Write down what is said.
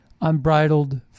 Unbridled